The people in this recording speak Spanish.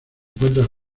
encuentra